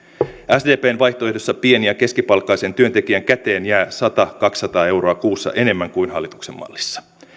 sdpn vaihtoehdossa pieni ja keskipalkkaisen työntekijän käteen jää sata viiva kaksisataa euroa kuussa enemmän kuin hallituksen mallissa